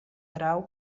grau